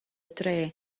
dre